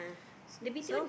so